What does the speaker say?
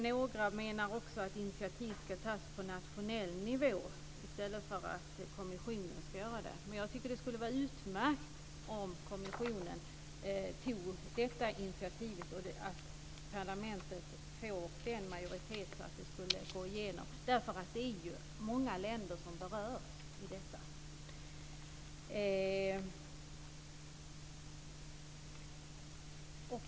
Några menar också att initiativ ska tas på nationell nivå i stället för att kommissionen ska göra det. Men jag tycker att det skulle vara utmärkt om kommissionen tog detta initiativ och om parlamentet får en majoritet så att detta går i genom, eftersom det är många länder som berörs av detta.